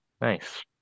Nice